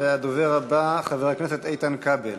הדובר הבא, חבר הכנסת איתן כבל.